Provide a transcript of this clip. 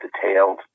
detailed